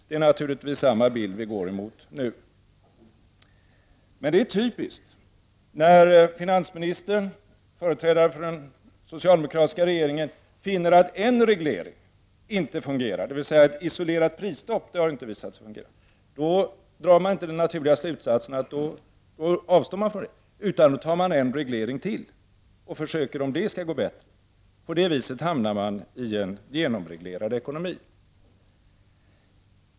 Det är naturligtvis samma utveckling vi går emot nu. Det är typiskt att när nu finansministern som företrädare för den socialde mokratiska regeringen finner att en reglering inte fungerar, dvs. att ett isolerat prisstopp inte har visat sig fungera, drar han inte den naturliga slutsatsen att avstå från detta. Då tar man till en reglering till och ser om det skall gå bättre. På det viset hamnar man i en genomreglerad ekonomi.